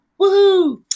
woohoo